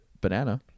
banana